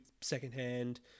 secondhand